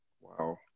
Wow